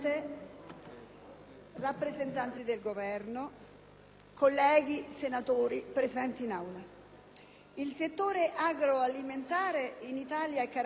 rappresentante del Governo, colleghi senatori presenti in Aula, il settore agroalimentare in Italia è caratterizzato,